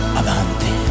avanti